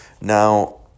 Now